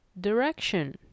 direction